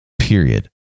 period